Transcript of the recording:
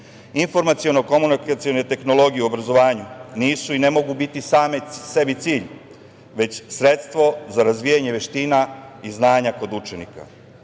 učenike. Informaciono-komunikacione tehnologije u obrazovanju nisu i ne mogu biti same sebi cilj, već sredstvo za razvijanje veština i znanja kod učenika.